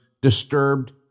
disturbed